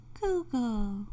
Google